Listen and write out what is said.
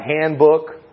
handbook